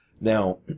Now